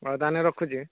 ହେଉ ତାହେଲେ ରଖୁଛି